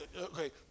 okay